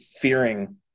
fearing